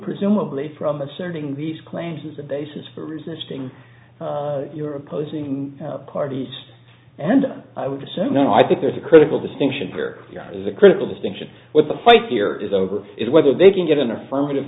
presumably from asserting these claims as a basis for resisting your opposing parties and i would assume no i think there's a critical distinction here is a critical distinction with the fight here is over is whether they can get an affirmative